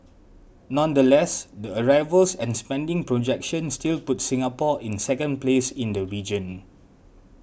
nonetheless the arrivals and spending projections still put Singapore in second place in the region